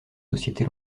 société